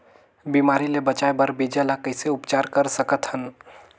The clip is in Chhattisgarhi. बिमारी ले बचाय बर बीजा ल कइसे उपचार कर सकत हन?